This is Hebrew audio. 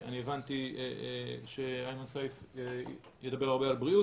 אני הבנתי שאיימן סיף ידבר הרבה על בריאות,